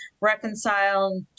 reconcile